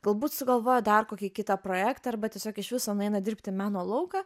galbūt sugalvoja dar kokį kitą projektą arba tiesiog iš viso nueina dirbt į meno lauką